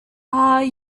are